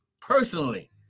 personally